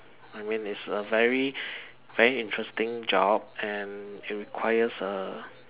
I mean its a very very interesting job and it requires a